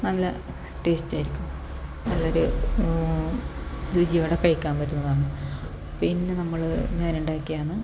നല്ല ടേസ്റ്റ് ആയിരിക്കും നല്ലൊരു രുചിയോടെ കഴിക്കാൻ പറ്റുന്നതാന്ന് പിന്നെ നമ്മൾ ഞാൻ ഉണ്ടാക്കിയതാണ്